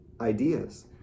ideas